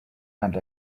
and